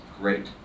great